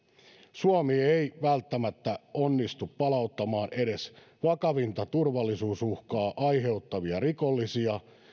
suomi ei välttämättä onnistu palauttamaan edes vakavinta turvallisuusuhkaa aiheuttavia rikollisia